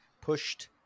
pushed